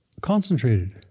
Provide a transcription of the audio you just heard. concentrated